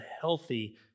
healthy